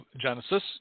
Genesis